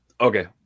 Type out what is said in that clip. Okay